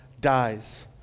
dies